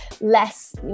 less